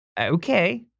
Okay